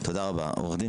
גבריאל